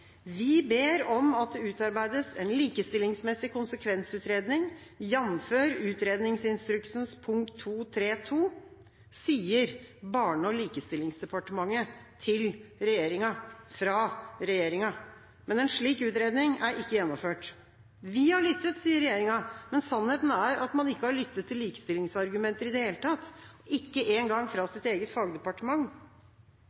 «Vi ber om at det utarbeides en likestillingsmessig konsekvensutredning, jfr. Utredningsinstruksens pkt. », sier Barne- og likestillingsdepartementet – til regjeringa, fra regjeringa. En slik utredning er ikke gjennomført. Vi har lyttet, sier regjeringa, men sannheten er at man ikke har lyttet til likestillingsargumenter i det hele tatt, ikke engang fra sitt eget fagdepartement.